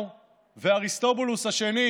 נתניהו ואריסטובולוס השני,